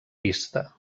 pista